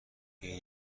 این